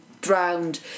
drowned